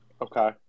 Okay